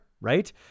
right